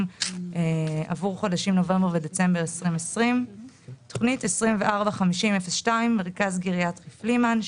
עבור חודשים נובמבר ודצמבר 2020. תוכנית 245002 מרכז גריאטרי פלימן,